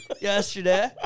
yesterday